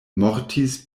mortis